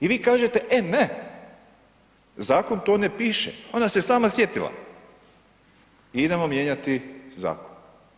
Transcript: I vi kažete, e ne, zakon to ne piše, ona se sama sjetila, idemo mijenjati zakon.